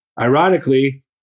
Ironically